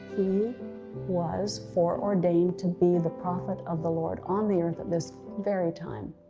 he was foreordained to be the prophet of the lord on the earth at this very time.